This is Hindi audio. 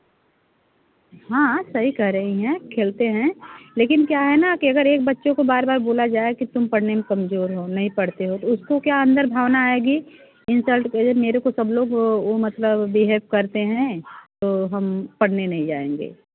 हाँ हाँ सही कह रही हैं खेलते हैं लेकिन क्या है ना कि अगर एक बच्चे को बार बार बोला जाए कि तुम पढ़ने में कमज़ोर हो नहीं पढ़ते हो उसको क्या अंदर भावना आएगी इंसल्ट में मेरे को सब लोग मतलब बिहेव करते हैं तो हम पढ़ने नहीं जाएँगे